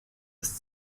das